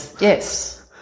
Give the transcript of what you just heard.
yes